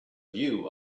you